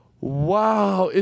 Wow